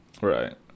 Right